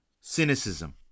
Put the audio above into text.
cynicism